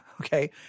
okay